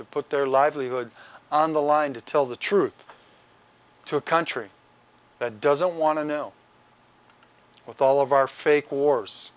have put their livelihood on the line to tell the truth to a country that doesn't want to know with all of our fake wars